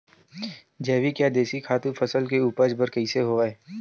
जैविक या देशी खातु फसल के उपज बर कइसे होहय?